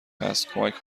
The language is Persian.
هست، کمک